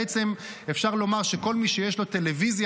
בעצם אפשר לומר שכל מי שיש לו טלוויזיה